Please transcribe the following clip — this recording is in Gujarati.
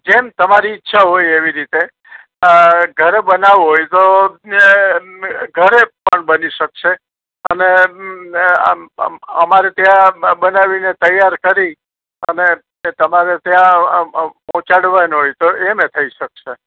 જેમ તમારી ઇચ્છા હોય એવી રીતે ઘરે બનાવવું હોય તો ઘરે પણ બની શકશે અને આમ અમારે ત્યાં બનાવીને તૈયાર કરી અને તમારે ત્યાં પહોંચાડવાનું હોય તો એમ એ થઈ શકશે